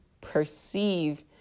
perceive